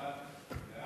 סעיפים 1